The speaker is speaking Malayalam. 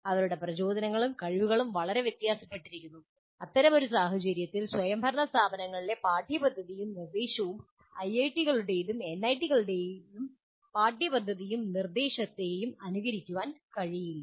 അവരുടെ പ്രചോദനങ്ങളും കഴിവുകളും വളരെ വ്യത്യാസപ്പെട്ടിരിക്കുന്നു അത്തരമൊരു സാഹചര്യത്തിൽ സ്വയംഭരണ സ്ഥാപനങ്ങളിലെ പാഠ്യപദ്ധതിയും നിർദ്ദേശവും ഐഐടികളുടെയും എൻഐടികളുടെയും പാഠ്യപദ്ധതിയേയും നിർദ്ദേശത്തിനേയും അനുകരണത്തിന് കഴിയില്ല